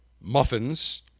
muffins